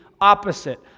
opposite